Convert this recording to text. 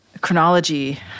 chronology